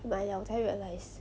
买了才 realise